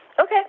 Okay